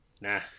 Nah